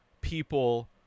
people